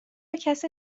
کسی